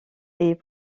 est